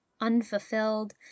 unfulfilled